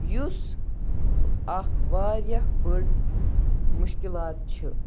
یُس اَکھ واریاہ بٔڑ مُشکِلات چھِ